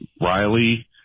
Riley